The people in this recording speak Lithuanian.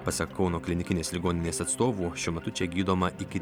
pasak kauno klinikinės ligoninės atstovų šiuo metu čia gydoma iki